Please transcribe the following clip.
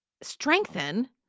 strengthen